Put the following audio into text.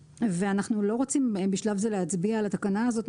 ואנחנו לא רוצים בשלב זה להצביע על התקנה הזאת,